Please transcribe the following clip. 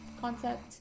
concept